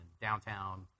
downtown